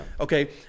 okay